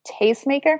tastemaker